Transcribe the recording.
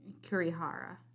Kurihara